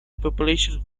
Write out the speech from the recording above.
population